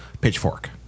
pitchfork